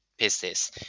pieces